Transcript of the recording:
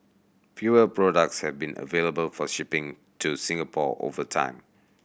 fewer products have been available for shipping to Singapore over time